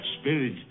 spirit